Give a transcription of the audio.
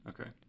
Okay